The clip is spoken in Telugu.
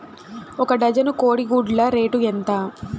ఒక డజను కోడి గుడ్ల రేటు ఎంత?